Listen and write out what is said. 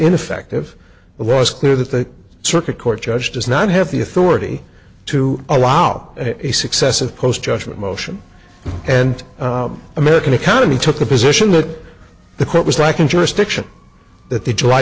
ineffective it was clear that the circuit court judge does not have the authority to allow a successive post judgment motion and american economy took the position that the quote was lacking jurisdiction that the july